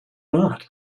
not